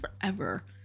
forever